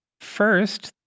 First